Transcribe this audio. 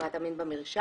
פרט המין במרשם.